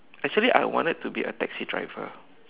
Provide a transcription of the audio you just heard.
actually I wanted to be a taxi driver